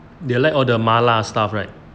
they like all the mala stuff right